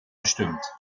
bestimmt